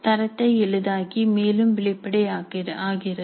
தரத்தை எளிதாக்கி மேலும் வெளிப்படையாகிறது